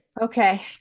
Okay